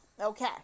Okay